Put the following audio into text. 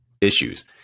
issues